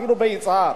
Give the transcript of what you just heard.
אפילו ביצהר,